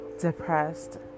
depressed